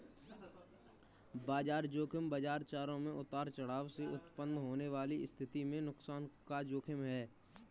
बाजार ज़ोखिम बाजार चरों में उतार चढ़ाव से उत्पन्न होने वाली स्थिति में नुकसान का जोखिम है